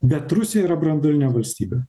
bet rusija yra branduolinė valstybė